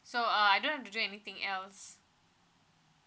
so uh I don't have to do anything else